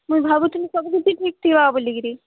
ମୁଇଁ ଭାବୁଥିଲି ସବୁ କିଛି ଠିକ ଥିବା ବୋଲି କରି